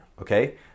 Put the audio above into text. okay